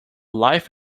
life